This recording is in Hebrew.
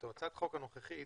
הצעת החוק הנוכחית